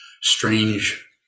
strange